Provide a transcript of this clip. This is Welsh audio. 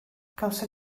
gawson